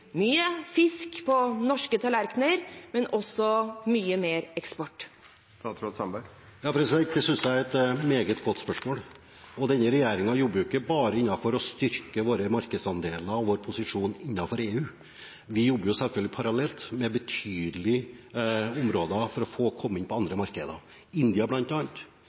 mye fisk på norske tallerkener og også mye mer eksport? Jeg synes det er et meget godt spørsmål. Denne regjeringen jobber ikke bare for å styrke våre markedsandeler og vår posisjon innenfor EU, vi jobber selvfølgelig parallelt på betydelige områder for å komme inn på andre markeder. Blant annet er India